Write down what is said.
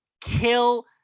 kill